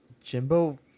Jimbo